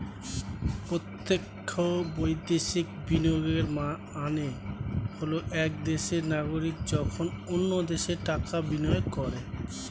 প্রত্যক্ষ বৈদেশিক বিনিয়োগের মানে হল এক দেশের নাগরিক যখন অন্য দেশে টাকা বিনিয়োগ করে